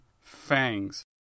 fangs